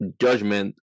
judgment